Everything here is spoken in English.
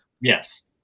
Yes